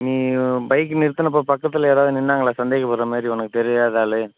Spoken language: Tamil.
நீ பைக் நிறுத்துனப்போ பக்கத்தில் யாராவது நின்றாங்களா சந்தேகப்படுகிற மாதிரி உனக்கு தெரியாத ஆள்